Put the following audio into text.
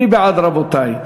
מי בעד, רבותי?